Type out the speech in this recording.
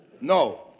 No